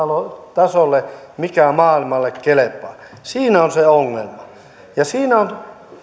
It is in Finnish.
tasolle mikä maailmalle kelpaa siinä on se ongelma ja siinä on